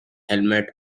hamlet